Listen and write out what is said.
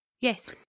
Yes